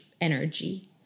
energy